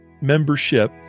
membership